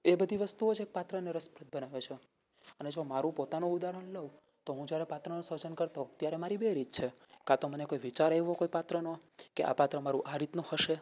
એ બધી વસ્તુઓ જ એક પાત્રને રસપ્રદ બનાવે છે અને જો મારું પોતાનું ઉદાહરણ લઉં તો હું જ્યારે પાત્રનું સર્જન કરતો હોઉં તો ત્યારે મારી બે રીત છે ક્યાંતો મને વિચાર આવ્યો કોઈ પાત્રનો કે આ પાત્ર મારું આ રીતનું હશે